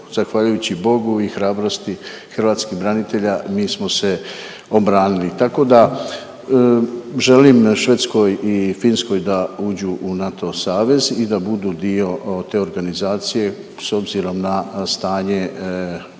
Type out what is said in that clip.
zahvaljujući Bogu i hrabrosti hrvatskih branitelja mi smo se obranili, tako da želim Švedskoj i Finskoj da uđu u NATO savez i da budu dio te organizacije s obzirom na stanje u